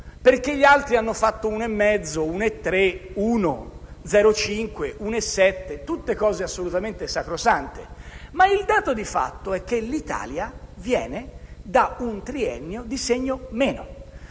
perché gli altri hanno fatto 1,5, 1,3, 1,0,5, 1,7...»; tutte cose assolutamente sacrosante, ma il dato di fatto è che l'Italia viene da un triennio di segno meno,